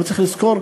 אבל צריך לזכור,